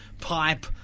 Pipe